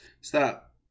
Stop